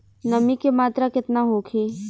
नमी के मात्रा केतना होखे?